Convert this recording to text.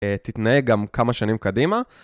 תתנהג גם כמה שנים קדימה.